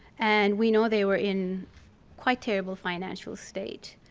and we know they were in quite terrible financial state.